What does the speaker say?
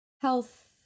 health